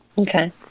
Okay